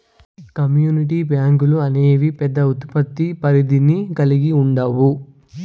community బ్యాంకులు అనేవి పెద్ద ఉత్పత్తి పరిధిని కల్గి ఉండవు